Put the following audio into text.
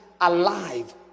alive